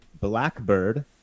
Blackbird